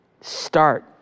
start